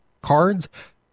cards